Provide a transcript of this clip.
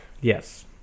Yes